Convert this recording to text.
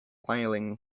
smiling